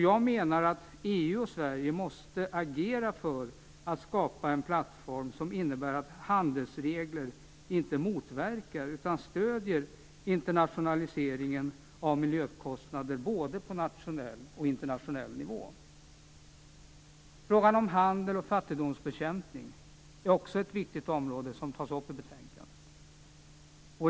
Jag menar att EU och Sverige måste agera för att skapa en plattform som innebär att handelsregler inte motverkar utan i stället stöder internationaliseringen av miljökostnader på både nationell och internationell nivå. Frågan om handel och fattigdomsbekämpning är också ett viktigt område som tas upp i betänkandet.